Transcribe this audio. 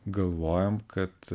galvojam kad